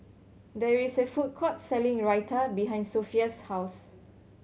there is a food court selling Raita behind Sophia's house